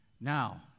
Now